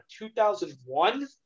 2001